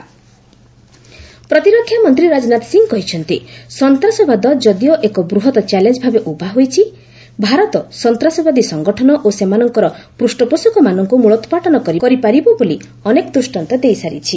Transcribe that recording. Rajnath terror ପ୍ରତିରକ୍ଷାମନ୍ତ୍ରୀ ରାଜନାଥ ସିଂ କହିଛନ୍ତି ସନ୍ତାସବାଦ ଯଦିଓ ଏକ ବୃହତ୍ ଚ୍ୟାଲେଞ୍ଜ ଭାବେ ଉଭା ହୋଇଛି ଭାରତ ସନ୍ତାସବାଦୀ ସଂଗଠନ ଓ ସେମାନଙ୍କର ପୃଷ୍ଠପୋଷକମାନଙ୍କୁ ମୂଳୋତ୍ପାଟନ କରିପାରିବ ବୋଲି ଅନେକ ଦୂଷ୍କାନ୍ତ ଦେଇସାରିଛି